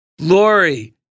Lori